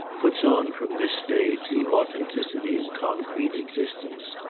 puts on from this stage the authenticity of concrete existence.